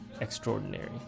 extraordinary